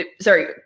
sorry